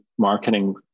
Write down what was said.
marketing